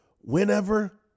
Whenever